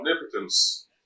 omnipotence